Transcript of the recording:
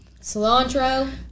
Cilantro